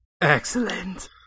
Excellent